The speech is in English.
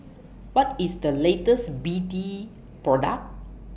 What IS The latest B D Product